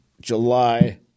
July